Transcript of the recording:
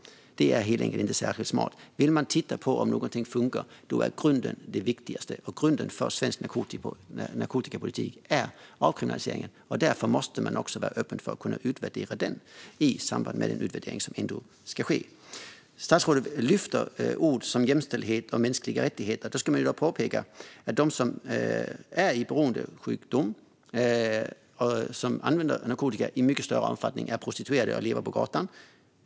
Det är helt enkelt inte särskilt smart. Om man vill titta på om något funkar är grunden viktigast, och grunden för svensk narkotikapolitik är avkriminaliseringen. Därför måste man vara öppen för att kunna utvärdera den i samband med den utvärdering som ändå ska ske. Statsrådet lyfter fram ord som jämställdhet och mänskliga rättigheter. Låt mig då påpeka att de som har beroendesjukdom och som använder narkotika i mycket större omfattning är prostituerade och lever på gatan.